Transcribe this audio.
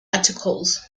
articles